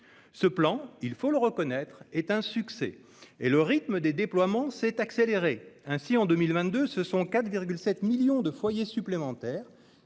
Ce plan, il faut le reconnaître, est un succès et le rythme des déploiements s'est accéléré. Ainsi, en 2022, ce sont 4,7 millions de foyers supplémentaires